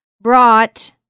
brought